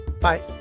Bye